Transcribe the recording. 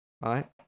right